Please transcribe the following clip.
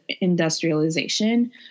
industrialization